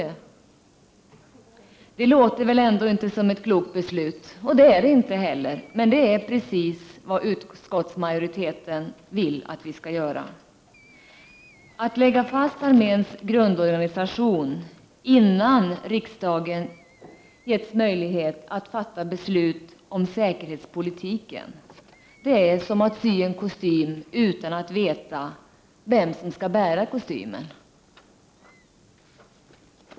Det kan väl ändå inte vara ett klokt beslut, och så är det inte heller. Men det är precis det beslut som utskottsmajoriteten vill att vi skall fatta. Att lägga fast riktlinjerna för arméns grundorganistion innan riksdagen haft möjlighet att fatta beslut om säkerhetspolitiken är som att sy en kostym utan att veta vem som skall bära kostymen.